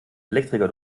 elektriker